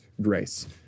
grace